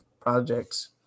projects